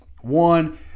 One